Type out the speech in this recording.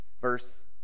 verse